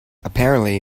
apparently